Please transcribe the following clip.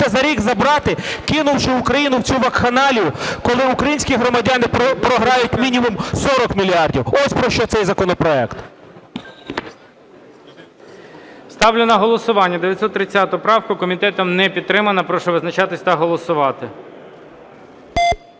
за рік забрати, кинувши Україну в цю вакханалію, коли українські громадяни програють мінімум 40 мільярдів. Ось про що цей законопроект. ГОЛОВУЮЧИЙ. Ставлю на голосування 930 правку, комітетом не підтримана. Прошу визначатись та голосувати.